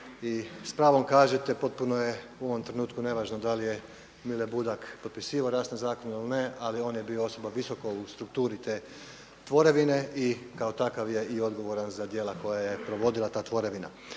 i s pravom kažete potpuno je u ovom trenutku nevažno da li je Mile Budak potpisivao rasne zakone ili ne, ali on je bio osoba visoko u strukturi te tvorevine i kao takav je i odgovoran za djela koja je provodila ta tvorevina.